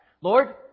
Lord